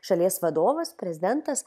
šalies vadovas prezidentas